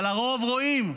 אבל הרוב רואים,